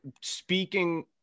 speaking